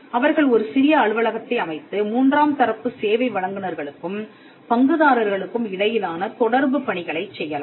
அவர்கள் ஒரு சிறிய அலுவலகத்தை அமைத்து மூன்றாம் தரப்பு சேவை வழங்குனர்களுக்கும் பங்குதாரர்களுக்கும் இடையிலான தொடர்பு பணிகளைச் செய்யலாம்